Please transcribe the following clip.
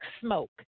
smoke